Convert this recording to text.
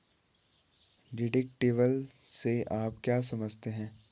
Deductible से आप क्या समझते हैं?